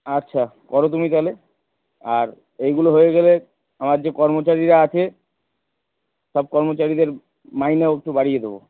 আচ্ছা করো তুমি তাহলে আর এইগুলো হয়ে গেলে আমার যে কর্মচারীরা আছে সব কর্মচারীদের মাইনেও একটু বাড়িয়ে দেবো